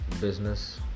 business